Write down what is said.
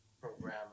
program